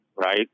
Right